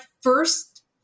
first